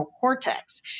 cortex